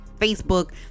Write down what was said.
Facebook